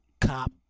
cop